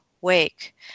wake